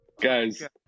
Guys